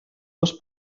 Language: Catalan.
dos